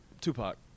Tupac